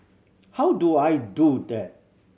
how do I do that